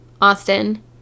Austin